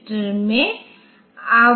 तो 2 पावर 24 को 4 से गुणा किया जाता है